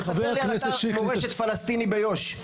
תספר לי על אתר מורשת פלסטיני ביו"ש.